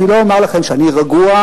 לא אומר לכם שאני רגוע,